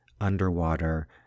underwater